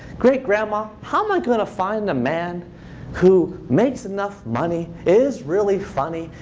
great-grandma, how am i going to find a man who makes enough money, is really funny,